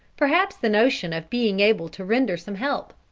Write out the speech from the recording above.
perhaps the notion of being able to render some help.